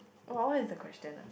what what is the question ah